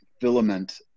filament